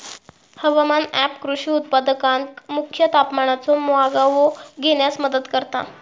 हवामान ऍप कृषी उत्पादकांका मुख्य तापमानाचो मागोवो घेण्यास मदत करता